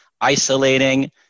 isolating